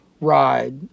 ride